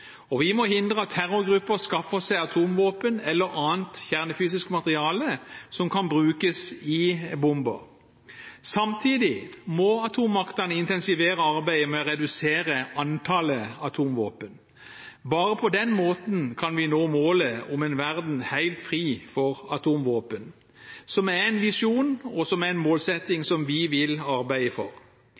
og vi må hindre at terrorgrupper skaffer seg atomvåpen eller annet kjernefysisk materiale som kan brukes i bomber. Samtidig må atommaktene intensivere arbeidet med å redusere antallet atomvåpen. Bare på den måten kan vi nå målet om en verden helt fri for atomvåpen, som er en visjon og en målsetting som vi vil arbeide for.